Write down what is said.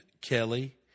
Kelly